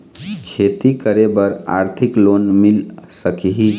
खेती करे बर आरथिक लोन मिल सकही?